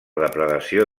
depredació